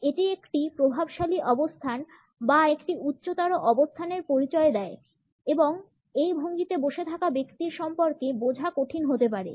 এটি একটি প্রভাবশালী অবস্থান বা একটি উচ্চতর অবস্থানের পরিচয় দেয় এবং তাই এই ভঙ্গিতে বসে থাকা এই ব্যক্তির সম্পর্কে বোঝা কঠিন হতে পারে